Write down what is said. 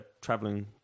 traveling